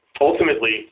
ultimately